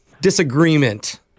disagreement